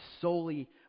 solely